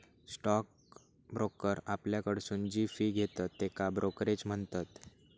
stock broker आपल्याकडसून जी fee घेतत त्येका ब्रोकरेज म्हणतत